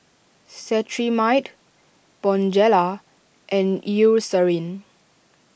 Cetrimide Bonjela and Eucerin